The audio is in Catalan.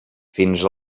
fins